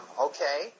okay